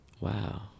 Wow